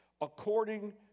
According